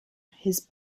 his